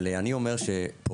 אבל אני אומר שפורייה,